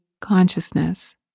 Consciousness